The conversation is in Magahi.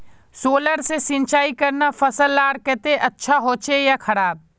सोलर से सिंचाई करना फसल लार केते अच्छा होचे या खराब?